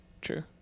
true